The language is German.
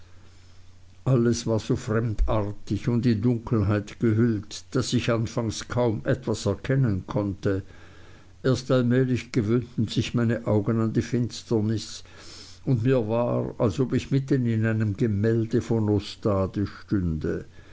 alles war so fremdartig und in dunkelheit gehüllt daß ich anfangs kaum etwas erkennen konnte erst allmählich gewöhnten sich meine augen an die finsternis und mir war als ob ich mitten in einem gemälde von ostade stünde